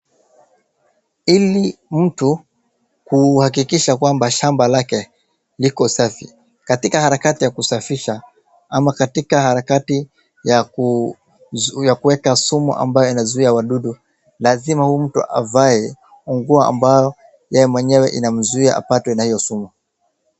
Ili mtu kuhakikisha kwamba shamba lake liko safi. Katika harakati ya kusafisha ama katika harakati ya ku ya kuweka sumu ambayo inazuia wadudu, lazima huyu mtu avae nguo ambayo yeye mwenyewe inamzuia apatwe na hiyo sumu.